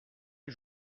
les